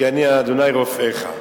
כי אני ה' רֹפאך".